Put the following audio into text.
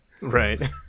Right